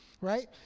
right